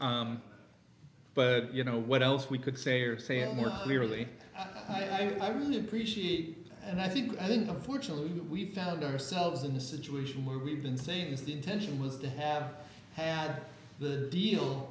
but you know what else we could say or say it more clearly i think i really appreciate and i think i think unfortunately we've found ourselves in a situation where we've been saying if the intention was to have had the deal